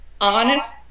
Honest